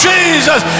Jesus